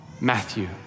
Matthew